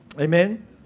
Amen